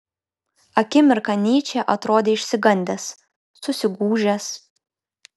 akimirką nyčė atrodė išsigandęs susigūžęs